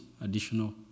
additional